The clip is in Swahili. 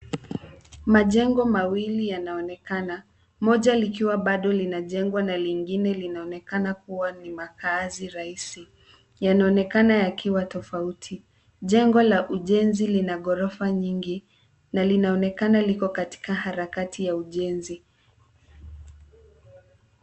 Majengo mawili yanaonekana, moja likiwa bado linajengwa na lingine linaonekana kuwa ni makaazi rahisi. Yanaonekana yakiwa tofauti. Jengo la ujenzi linagorofa nyingi. Na linaonekana liko katika harakati ya ujenzi.